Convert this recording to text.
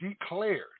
declared